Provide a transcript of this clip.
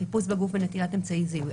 חיפוש בגוף ונטילת אמצעי זיהוי),